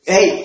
Hey